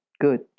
good